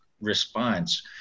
response